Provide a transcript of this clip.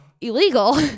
illegal